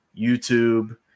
YouTube